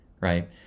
right